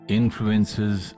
influences